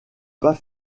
pas